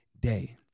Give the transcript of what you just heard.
day